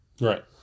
right